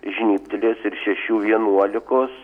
žnybtelės ir šešių vienuolikos